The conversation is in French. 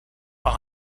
par